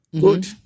good